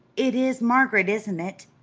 it is margaret, isn't it?